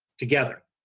together.